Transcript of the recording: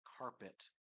carpet